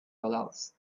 dollars